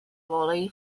valley